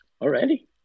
Already